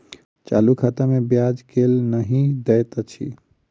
चालू खाता मे ब्याज केल नहि दैत अछि